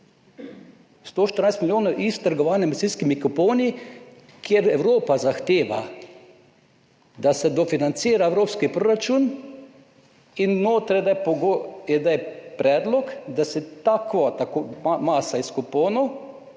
114 milijonov iz trgovanja z emisijskimi kuponi, kjer Evropa zahteva, da se dofinancira evropski proračun, in notri je predlog, da se ta kvota, masa iz kuponov,